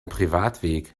privatweg